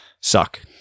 suck